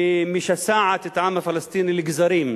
שמשסעת את העם הפלסטיני לגזרים.